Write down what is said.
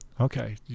Okay